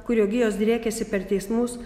kurio gijos driekiasi per teismus